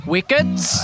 Wickets